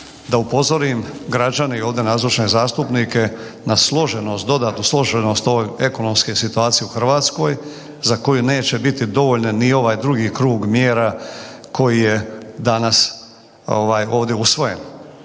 da upozorim građane i ovdje nazočne zastupnike na složenost, dodatnu složenost ove ekonomske situacije u Hrvatskoj za koje neće biti dovoljan ni ovaj drugi krug mjera koji je danas ovdje usvojen.